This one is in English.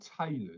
tailored